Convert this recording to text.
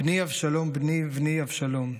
"בני אבשלום בני בני אבשלום,